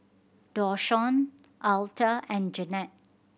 Dashawn Alta and Janet